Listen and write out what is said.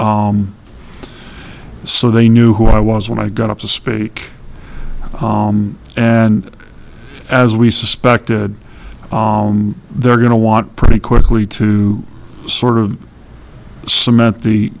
so they knew who i was when i got up to speak and as we suspected they're going to want pretty quickly to sort of cement the